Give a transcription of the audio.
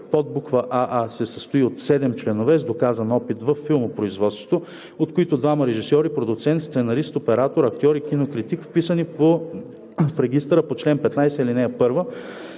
подбуква „аа“ се състои от 7 членове с доказан опит във филмопроизводството, от които – двама режисьори, продуцент, сценарист, оператор, актьор и кинокритик, вписани в регистъра по чл. 15, ал.